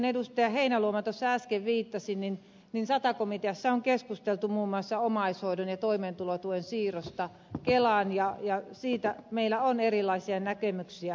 heinäluoma tuossa äsken viittasi niin sata komiteassa on keskusteltu muun muassa omaishoidon ja toimeentulotuen siirrosta kelaan ja siitä meillä on erilaisia näkemyksiä